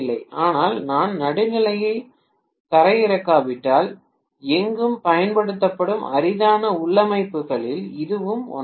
ஆனால் நான் நடுநிலையை தரையிறக்காவிட்டால் எங்கும் பயன்படுத்தப்படும் அரிதான உள்ளமைவுகளில் இதுவும் ஒன்றாகும்